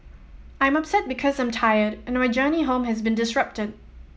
I'm upset because I'm tired and my journey home has been disrupted